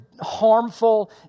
harmful